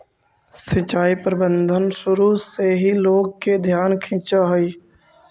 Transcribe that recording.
सिंचाई प्रबंधन शुरू से ही लोग के ध्यान खींचऽ हइ